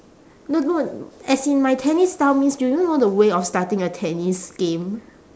no no as in my tennis style means do you know the way of starting a tennis game